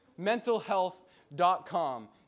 Mentalhealth.com